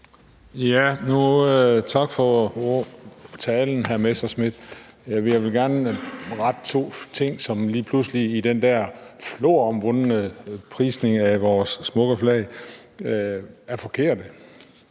(EL): Tak for talen, hr. Morten Messerschmidt. Jeg vil gerne rette to ting, som i den der floromvundne prisning af vores smukke flag er forkerte.